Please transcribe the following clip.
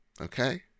Okay